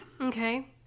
Okay